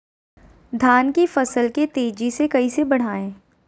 धान की फसल के तेजी से कैसे बढ़ाएं?